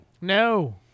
No